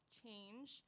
change